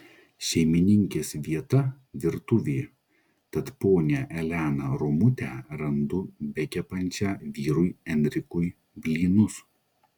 šeimininkės vieta virtuvė tad ponią eleną romutę randu bekepančią vyrui enrikui blynus